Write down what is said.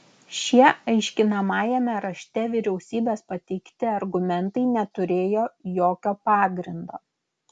šie aiškinamajame rašte vyriausybės pateikti argumentai neturėjo jokio pagrindo